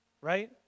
Right